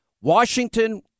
Washington